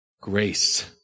grace